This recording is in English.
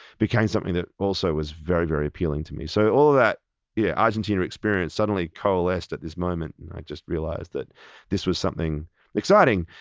became something that also was very very appealing to me. so all that yeah argentina experience suddenly coalesced at this moment and i just realized that this was something exciting,